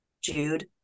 Jude